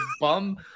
bum